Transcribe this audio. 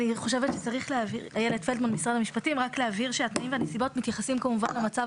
אני חושבת שצריך להבהיר שהתנאים והנסיבות מתייחסים כמובן למצב